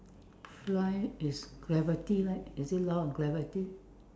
fly is gravity right is it law of gravity